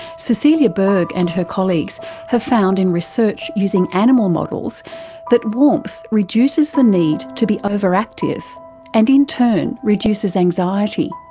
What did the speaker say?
cecilia bergh and her colleagues have found in research using animal models that warmth reduces the need to be overactive and in turn reduces anxiety.